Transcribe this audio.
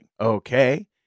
Okay